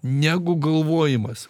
negu galvojimas